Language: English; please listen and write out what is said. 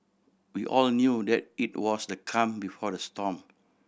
we all knew that it was the calm before the storm